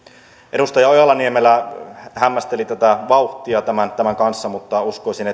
edustaja ojala niemelä hämmästeli tätä vauhtia tämän kanssa mutta uskoisin